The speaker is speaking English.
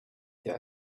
their